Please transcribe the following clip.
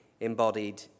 embodied